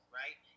right